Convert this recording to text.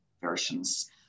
versions